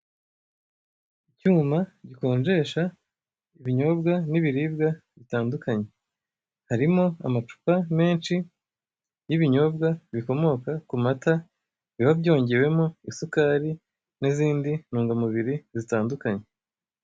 Icyuma gikonjesha ibinyobwa na ibiribwa bitandukanye. Harimo amacupa menshi y' ibinyobwa bikomoka ku mata biba byongewemo isukari na izindi ntunga mubiri zitandukanye.